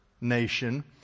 nation